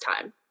time